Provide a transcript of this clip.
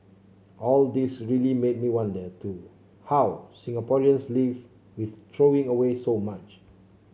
all this really made me wonder too how Singaporeans live with throwing away so much